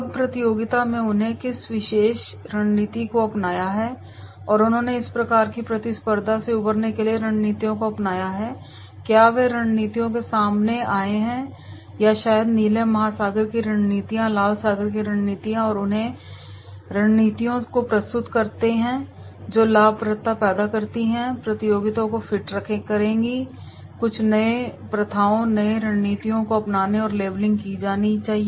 अब प्रतियोगिता में उन्होंने किस विशेष रणनीति को अपनाया है या उन्होंने इस प्रकार की प्रतिस्पर्धा से उबरने के लिए रणनीतियों को अपनाया है क्या वे रणनीतियों के साथ सामने आए हैं या शायद नीली महासागर की रणनीतियां लाल सागर की रणनीतियां उन रणनीतियों को प्रस्तुत करती हैं जो लाभप्रदता पैदा करेंगी या प्रतियोगिता को फिट करेंगी कुछ नई प्रथाओं नई रणनीतियों को अपनाने और लेबलिंग भी की जानी है